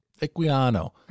Equiano